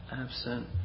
Absent